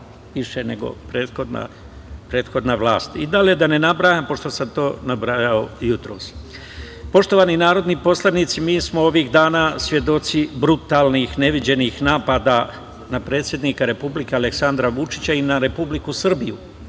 više nego prethodna vlast. Dalje da ne nabrajam, pošto sam to nabrajao jutros. Poštovani narodni poslanici, mi smo ovih dana svedoci brutalnih neviđenih napada na predsednika Republike Aleksandra Vučića i na Republiku Srbiju,